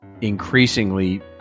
increasingly